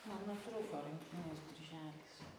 man nutrūko rankinės dirželis